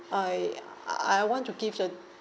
I I want to give a